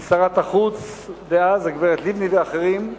עם שרת החוץ דאז הגברת לבני ואחרים,